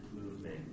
movement